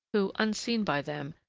who, unseen by them,